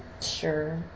Sure